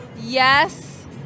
Yes